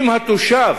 אם התושב